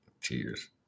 cheers